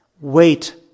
Wait